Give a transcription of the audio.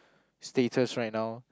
status right now